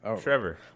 Trevor